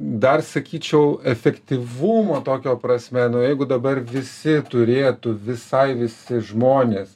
dar sakyčiau efektyvumo tokio prasme nu jeigu dabar visi turėtų visai visi žmonės